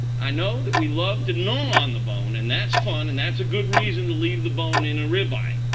i know that we love to gnaw on the bone. and that's fun. and that's a good reason to leave the bone in a ribeye.